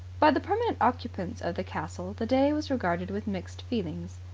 by the permanent occupants of the castle the day was regarded with mixed feelings.